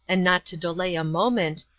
and not to delay a moment,